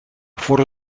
voor